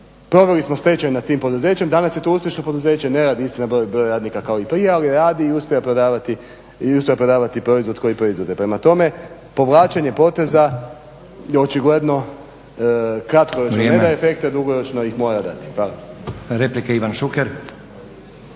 proveli smo stečaj nad tim poduzećem, danas je to uspješno poduzeće, ne radi isti broj radnika kao i prije, ali radi i uspije prodavati proizvod koji proizvode. Prema tome, povlačenje poteza očigledno, kratko već ne daje efekte, dugoročno ih mora dati.